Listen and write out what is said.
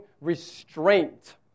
restraint